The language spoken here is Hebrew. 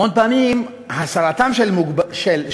המון פעמים הסרתם של מכשולים